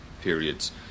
periods